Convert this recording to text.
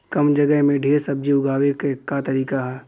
कम जगह में ढेर सब्जी उगावे क का तरीका ह?